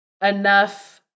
enough